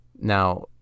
Now